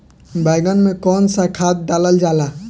बैंगन में कवन सा खाद डालल जाला?